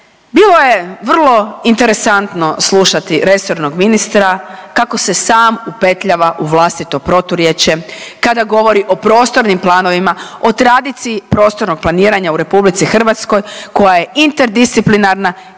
Bilo je vrlo interesantno slušati resornog ministra kako se sam upetljava u vlastito proturječje kada govori o prostornim planovima, o tradiciji prostornog planiranja u RH koja je interdisciplinarna